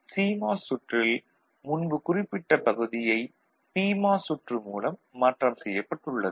CMOS சுற்றில் முன்பு குறிப்பிட்ட பகுதியை பிமாஸ் சுற்று மூலம் மாற்றம் செய்யப்பட்டுள்ளது